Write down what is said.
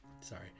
Sorry